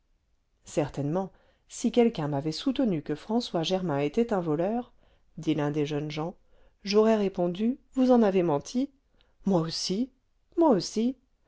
certainement si quelqu'un m'avait soutenu que françois germain était un voleur dit l'un des jeunes gens j'aurais répondu vous en avez menti moi aussi moi aussi